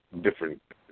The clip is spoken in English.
different